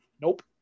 nope